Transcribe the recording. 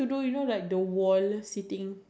ya I think angklung uh angklung